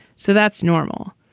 so that's normal.